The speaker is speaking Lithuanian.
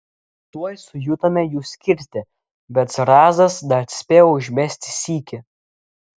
tuoj sujudome jų skirti bet zrazas dar spėjo užmesti sykį